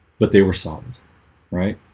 but they were solved right?